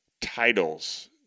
titles